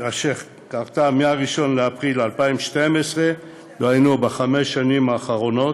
קרו מ-1 באפריל 2012, דהיינו בחמש השנים האחרונות,